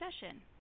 session